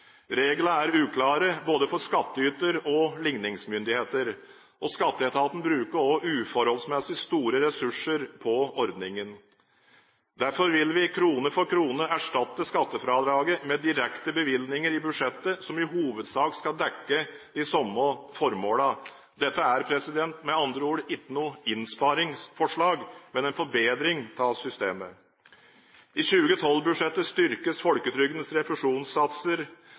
Reglene er uklare, både for skattyter og likningsmyndigheter. Skatteetaten bruker også uforholdsmessig store ressurser på ordningen. Derfor vil vi, krone for krone, erstatte skattefradraget med direkte bevilgninger i budsjettet, som i hovedsak skal dekke de samme formålene. Dette er med andre ord ikke noe innsparingsforslag, men en forbedring av systemet. I 2012-budsjettet styrkes folketrygdens refusjonssatser